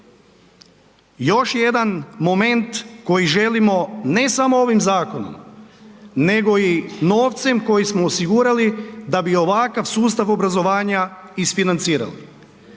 Još je jedan moment koji želimo ne samo ovim zakonom, nego i novcem koji smo osigurali da bi ovakav sustav obrazovanja isfinancirali,